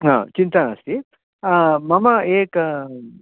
हा चिन्ता नास्ति मम एक